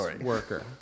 worker